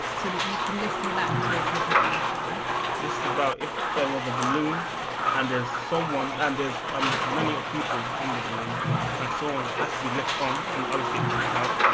so that you can listen back to your presentation this is about if there was a balloon and there's someone and there's um many people in the balloon and so someone has to be left on and others get kicked out,